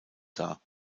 dar